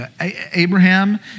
Abraham